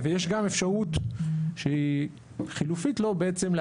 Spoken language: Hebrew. יש גם אפשרות שהיא חילופית לו בעצם,